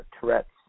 Tourette's